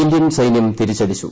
Indian സൈന്യം തിരിച്ചടിച്ചു